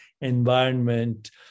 environment